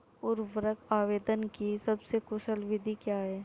उर्वरक आवेदन की सबसे कुशल विधि क्या है?